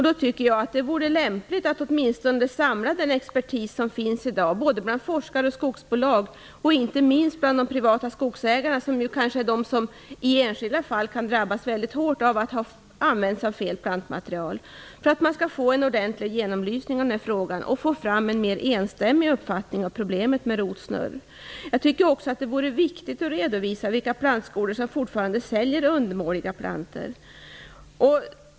Då tycker jag att det vore lämpligt att åtminstone samla den expertis som finns i dag - bland forskare och skogsbolag och inte minst bland de privata skogsägarna som i enskilda fall kan drabbas väldigt hårt av att ha använt fel plantmaterial - för att få en ordentlig genomlysning av frågan och få fram en mer enstämmig uppfattning av problemet med rotsnurr. Jag tycker också att det vore viktigt att redovisa vilka plantskolor som fortfarande säljer undermåliga plantor.